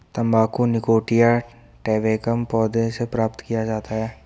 तंबाकू Nicotiana tabacum पौधे से प्राप्त किया जाता है